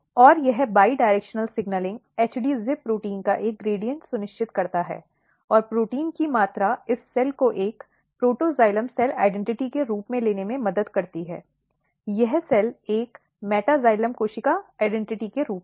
और यह द्विदिशीय सिग्नलिंग HD ZIP प्रोटीन का एक ग्रेड्यॅन्ट सुनिश्चित करता है और प्रोटीन की मात्रा इस कोशिका को एक प्रोटोक्साइलम कोशिका पहचान के रूप में लेने में मदद करती है यह कोशिका एक मेटासाइलम कोशिका पहचान के रूप में